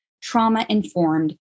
trauma-informed